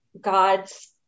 God's